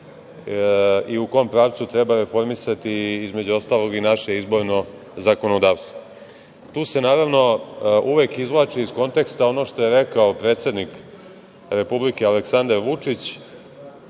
i u kom pravcu treba reformisati, između ostalog, i naše izborno zakonodavstvo. Tu se, naravno, uvek izvlači iz konteksta ono što je rekao predsednik Republike, Aleksandar Vučić,